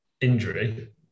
injury